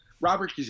Robert